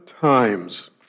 times